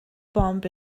bomb